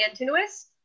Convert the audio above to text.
Antinous